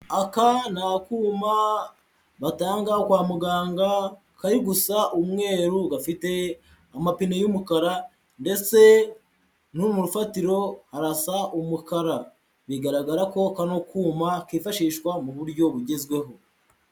Aka ni akuma batanga kwa muganga kari gusa umweru, gafite amapine y'umukara ndetse no mu rufatiro harasa umukara bigaragara ko kano kuma kifashishwa mu buryo bugezweho.